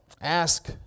ask